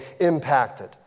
impacted